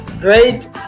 Great